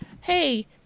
hey